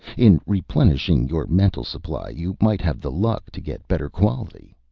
in replenishing your mental supply you might have the luck to get better quality.